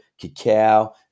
cacao